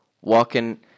walking